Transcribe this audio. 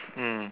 mm